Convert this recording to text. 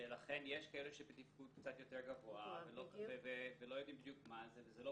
לכן יש כאלה שבתפקוד קצת יותר גבוה ולא יודעים בדיוק מה זה וזה לא